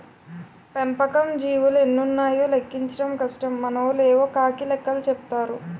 పెంపకం జీవులు ఎన్నున్నాయో లెక్కించడం కష్టం మనోళ్లు యేవో కాకి లెక్కలు చెపుతారు